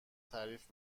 تعریف